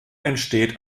entsteht